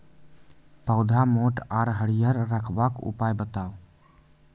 पौधा मोट आर हरियर रखबाक उपाय बताऊ?